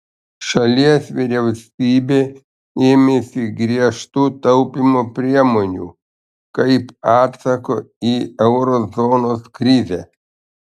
šalies vyriausybė ėmėsi griežtų taupymo priemonių kaip atsako į euro zonos krizę